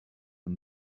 and